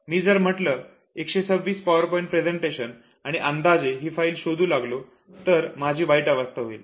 जर मी असे म्हटले 126 पावर पॉइंट प्रेझेंटेशन आणि अंदाजे ही फाईल शोधू लागलो तर माझी वाईट अवस्था होईल